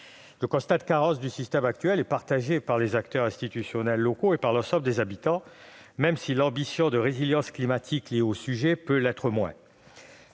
Le constat de carence du système actuel est dressé par les acteurs institutionnels locaux et par l'ensemble des habitants, même si l'ambition de résilience climatique qu'il devrait appeler l'est peut-être moins.